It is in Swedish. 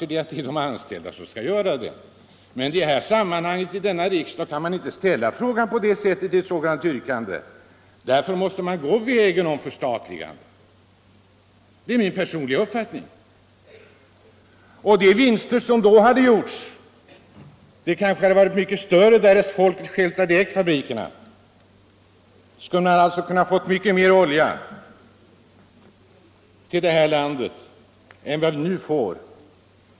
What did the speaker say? Jag anser att det är de anställda som bör göra det, men här i riksdagen kan man inte ställa ett sådant yrkande. Därför måste man gå vägen om förstatligande. Detta är min personliga uppfattning Och de vinster som hade gjorts därest folket ägt fabrikerna hade kanske varit mycket större. Vi skulle alltså kunnat få mycket mer olja till vårt land än vi nu får.